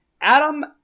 Adam